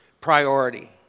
priority